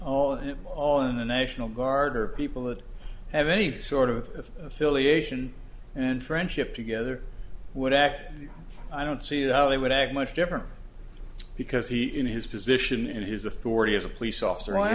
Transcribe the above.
it all in the national guard or people that have any sort of affiliation and friendship together would act i don't see how they would act much different because he in his position and his authority as a police officer i